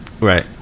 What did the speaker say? right